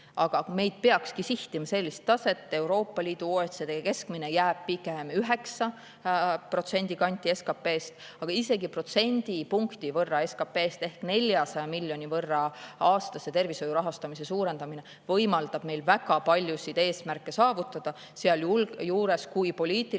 Aga me ei peakski sihtima sellist taset, Euroopa Liidu, OECD keskmine jääb pigem 9% kanti SKP‑st. Aga isegi protsendipunkti võrra SKP‑st ehk 400 miljoni võrra aastas tervishoiu rahastamise suurendamine võimaldab meil väga paljusid eesmärke saavutada, sealjuures, kui poliitiline